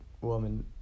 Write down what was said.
woman